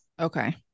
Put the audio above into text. Okay